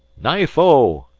knife oh!